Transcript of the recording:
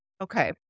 Okay